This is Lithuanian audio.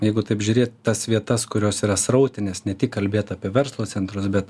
jeigu taip žiūrėt tas vietas kurios yra srautinės ne tik kalbėt apie verslo centrus bet